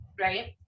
right